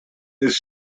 this